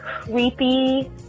creepy